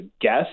guess